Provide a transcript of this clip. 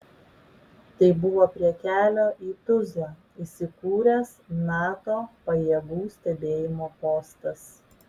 tai buvo prie kelio į tuzlą įsikūręs nato pajėgų stebėjimo postas